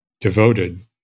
devoted